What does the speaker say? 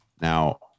Now